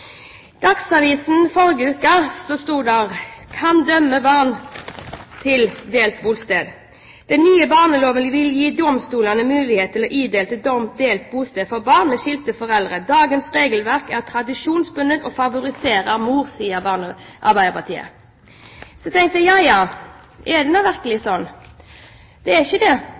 dømme barn til å ha to hjem»: «Den nye barneloven vil gi domstolene mulighet til å idømme delt bosted for barn med skilte foreldre. Dagens regelverk er tradisjonsbundet og favoriserer mor, mener Arbeiderpartiet.» Jeg tenkte ja ja, er det nå virkelig sånn? Det er ikke det.